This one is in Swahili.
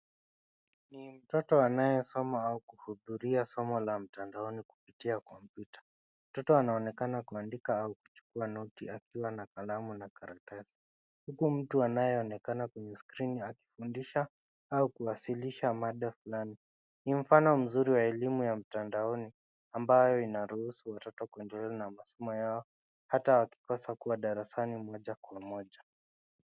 Ni mtoto anayesoma au kuhudhuria somo la mtandaoni kupitia kompyuta, mtoto anaonekana kuandika au kuchukua noti akiwa na kalamu na karatasi. Huku mtu anayeonekana kwenye skrini akifundisha au kuwasilisha mada fulani. Ni mfano mzuri wa elimu ya mtandaoni ambayo ina ruhusu mtoto kuendelea na masomo yao, hata wakikosa kuwa darasani moja kwa moja.